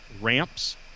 ramps